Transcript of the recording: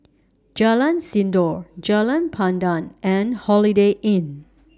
Jalan Sindor Jalan Pandan and Holiday Inn